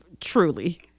truly